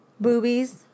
Boobies